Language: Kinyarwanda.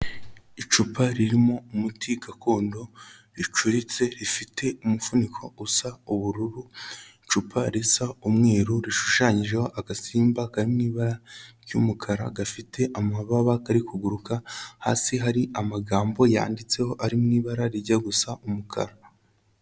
Icupa ririmo umuti gakondo ricuritse rifite umufuniko usa ubururu, icupa risa umweru rishushanyijeho agasimba karimo'ibara ry'umukara gafite amababa kari kuguruka, hasi hari amagambo yanditseho ari mu ibara rijya gusa umukara.